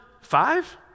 five